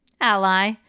Ally